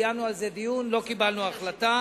קיימנו על זה דיון, לא קיבלנו החלטה.